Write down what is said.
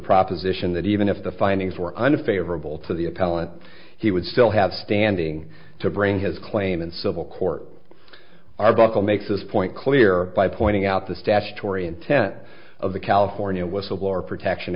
proposition that even if the findings were under favorable to the appellant he would still have standing to bring his claim in civil court arbuckle makes this point clear by pointing out the statutory intent of the california whistleblower protection